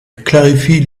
clarifie